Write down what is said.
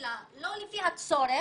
מלכתחילה לא לפי הצורך.